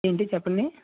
ఏంటి చెప్పండి